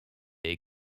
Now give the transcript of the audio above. est